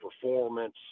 performance